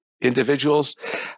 individuals